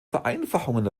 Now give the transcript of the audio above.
vereinfachungen